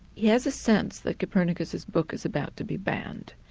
he has a sense that copernicus's book is about to be banned.